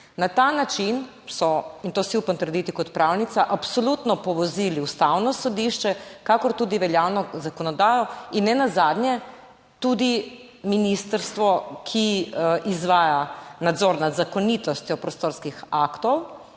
Na ta način so, in to si upam trditi kot pravnica, absolutno povozili Ustavno sodišče ter tudi veljavno zakonodajo in nenazadnje tudi ministrstvo, ki izvaja nadzor nad zakonitostjo prostorskih aktov.